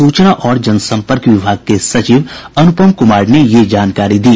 सूचना और जन संपर्क विभाग के सचिव अनुपम कुमार ने ये जानकारी दी